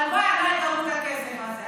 הלוואי עליי כמות הכסף הזאת.